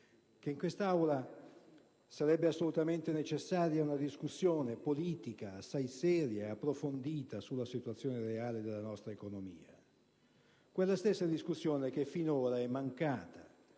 che in quest'Aula sarebbe assolutamente necessaria una discussione politica assai seria e approfondita sulla situazione reale della nostra economia, quella stessa discussione che finora è mancata